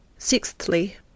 Sixthly